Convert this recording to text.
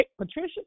Patricia